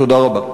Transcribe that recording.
תודה רבה.